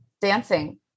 dancing